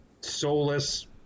soulless